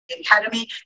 Academy